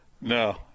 no